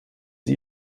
sie